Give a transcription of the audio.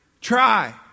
Try